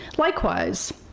likewise,